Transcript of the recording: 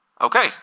Okay